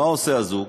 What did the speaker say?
מה עושה הזוג?